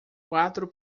quatro